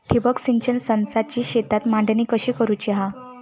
ठिबक सिंचन संचाची शेतात मांडणी कशी करुची हा?